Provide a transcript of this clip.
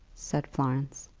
said florence.